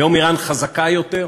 היום איראן חזקה יותר,